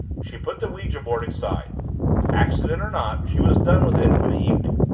she put the ouija-board aside. accident or not, she was done with it for the evening.